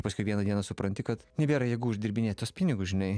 paskui vieną dieną supranti kad nebėra jėgų uždirbinėt tuos pinigus žinai